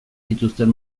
zituzten